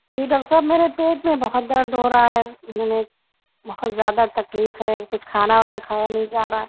جی doctor صاحب میرے پیٹ میں بہت درد ہو رہا ہے میں نے بہت زیادہ تکلیف ہے کچھ کھانا وانا کھایا نہیں جا رہا ہے